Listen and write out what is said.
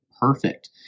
perfect